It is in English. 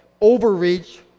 overreach